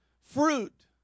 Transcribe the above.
fruit